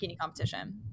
competition